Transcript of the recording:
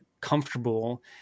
comfortable